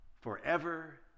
forever